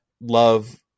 love